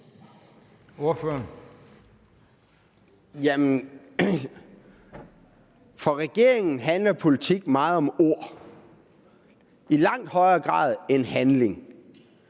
For regeringen handler politik meget om ord i langt højere grad end handling.